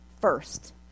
first